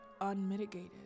unmitigated